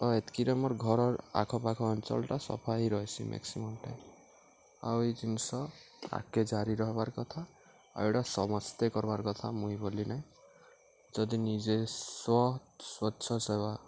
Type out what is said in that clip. ତ ଏତ୍କିରେ ମୋର ଘର ଆଖପାଖ ଅଞ୍ଚଳଟା ସଫା ହେଇ ରହିସି ମ୍ୟାକ୍ସିମମ୍ ଟାଇମ୍ ଆଉ ଏଇ ଜିନିଷ ଆଗକେ ଜାରି ରହିବାର୍ କଥା ଆଉ ଏଇଟା ସମସ୍ତେ କର୍ବାର୍ କଥା ମୁଇଁ ବୋଲି ନାହିଁ ଯଦି ନିଜେ ସ ସ୍ୱ ସ୍ୱଚ୍ଛ ସେବା